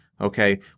Okay